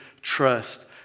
trust